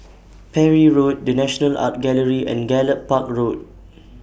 Parry Road The National Art Gallery and Gallop Park Road